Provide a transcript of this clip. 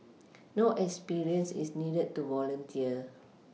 no experience is needed to volunteer